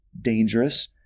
dangerous